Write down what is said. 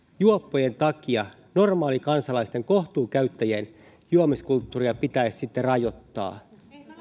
juoppojen takia normaalikansalaisten kohtuukäyttäjien juomiskulttuuria pitäisi sitten rajoittaa